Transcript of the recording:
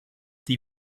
die